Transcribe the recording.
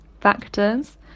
factors